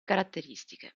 caratteristiche